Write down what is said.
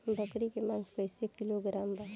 बकरी के मांस कईसे किलोग्राम बा?